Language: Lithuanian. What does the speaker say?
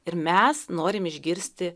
ir mes norim išgirsti